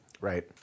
Right